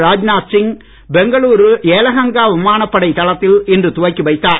ராஜ்நாத் சிங் பெங்களுரு ஏலகங்கா விமானப்படை தளத்தில் இன்று துவக்கி வைத்தார்